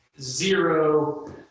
zero